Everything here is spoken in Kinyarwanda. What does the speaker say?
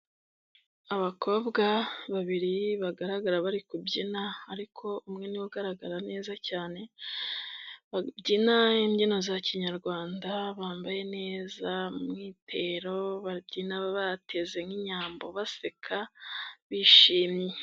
Abakobwa babiri bagaragara bari kubyina ariko umwe niwe ugaragara neza cyane babyina imbyino za kinyarwanda bambaye neza umwitero, babyina bateze nk'inyambo baseka bishimye.